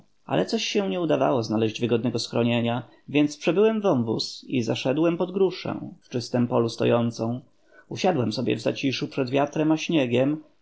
ale coś się nie udawało znaleźć wygodnego schronienia więc przebyłem wąwóz i zaszedłem pod gruszę w czystem polu stojącą tu usiadłem sobie w zaciszu przed wiatrem a śniegiem